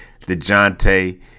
DeJounte